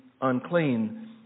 unclean